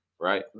Right